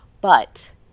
But-